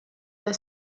der